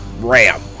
RAM